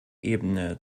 ebene